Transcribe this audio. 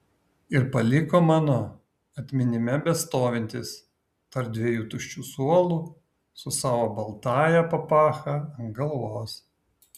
ir paliko mano atminime bestovintis tarp dviejų tuščių suolų su savo baltąja papacha ant galvos